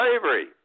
slavery